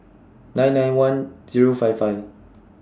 nine nine one Zero five five